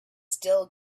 still